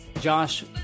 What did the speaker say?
Josh